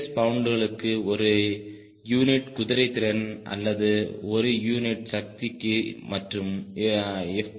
S பவுண்டுகளுக்கு ஒரு unit குதிரைத்திறன் அல்லது ஒரு யூனிட் சக்திக்கு மற்றும் எஃப்